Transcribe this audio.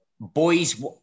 boys